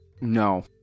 No